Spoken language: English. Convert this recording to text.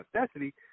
necessity